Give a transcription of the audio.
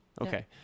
okay